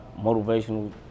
motivational